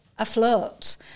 afloat